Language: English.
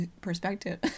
perspective